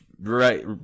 Right